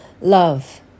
love